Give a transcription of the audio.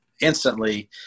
instantly